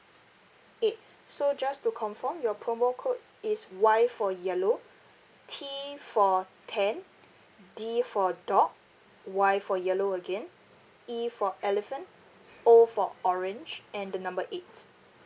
eight so just to confirm your promo code is Y for yellow T for ten D for dog Y for yellow again E for elephant O for orange and the number eight